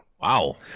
Wow